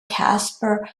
caspar